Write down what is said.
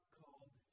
called